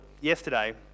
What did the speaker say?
yesterday